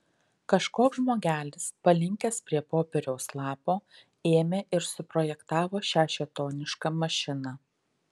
kažkoks žmogelis palinkęs prie popieriaus lapo ėmė ir suprojektavo šią šėtonišką mašiną